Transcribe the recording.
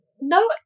no